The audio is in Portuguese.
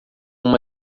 uma